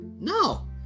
No